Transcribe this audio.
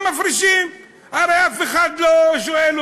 לא מפרישים פנסיה בעד